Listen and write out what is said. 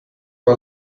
mal